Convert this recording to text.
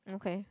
okay